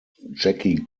jackie